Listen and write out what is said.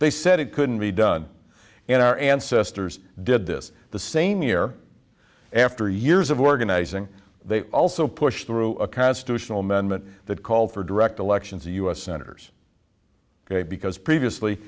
they said it couldn't be done in our ancestors did this the same year after years of organizing they also pushed through a constitutional amendment that called for direct elections a u s senators ok because previously